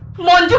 one